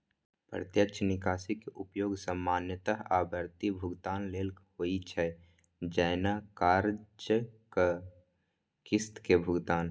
प्रत्यक्ष निकासी के उपयोग सामान्यतः आवर्ती भुगतान लेल होइ छै, जैना कर्जक किस्त के भुगतान